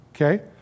okay